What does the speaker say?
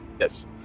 Yes